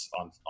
on